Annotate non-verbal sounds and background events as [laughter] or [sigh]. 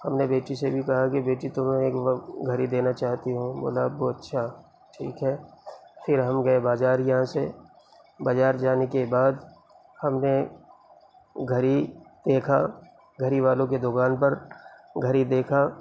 ہم نے بیٹی سے بھی کہا کہ بیٹی تمہیں [unintelligible] گھڑی دینا چاہتی ہوں بولا ابو اچھا ٹھیک ہے پھر ہم گئے بازار یہاں سے بازار جانے کے بعد ہم نے گھڑی دیکھا گھڑی والوں کے دکان پر گھڑی دیکھا